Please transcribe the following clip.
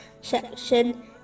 section